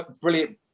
brilliant